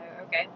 Okay